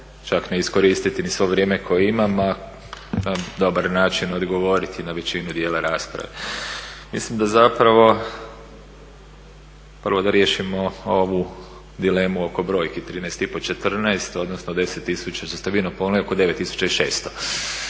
čak ne iskoristiti sve vrijeme koje imam na dobar način odgovoriti na većinu dijela rasprave. Mislim da zapravo prvo da riješimo ovu dilemu oko brojki 13,5 14 odnosno 10 tisuća, ona je oko 9.600.